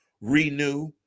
renew